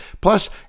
plus